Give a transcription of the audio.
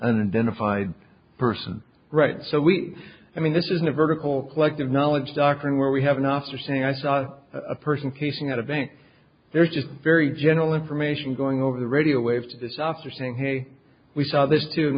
five person right so we i mean this is a vertical collective knowledge doctoring where we have an officer saying i saw a person casing out a bank there's just very general information going over the radio waves to the sox are saying hey we saw this too and